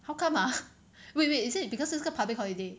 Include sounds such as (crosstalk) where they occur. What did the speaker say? how come ah (laughs) wait wait is it because 是一个 public holiday